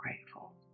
grateful